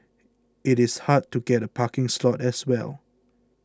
it is hard to get a parking slot as well